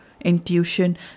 intuition